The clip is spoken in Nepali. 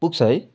पुग्छ है